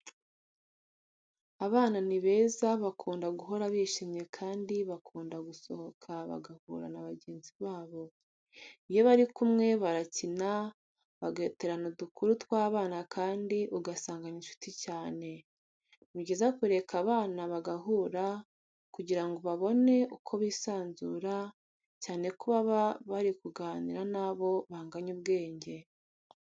Abana ni beza, bakunda guhora bishyimye kandi bakunda gusohoka bagahura na bagenzi babo. Iyo bari kumwe barakina, bagaterana udukuru tw'abana kandi ugasanga ni inshuti cyane. Ni byiza kureka abana bagahura kugira babone uko bisanzura, cyane ko baba bari kuganira n'abo banganya ubwenge.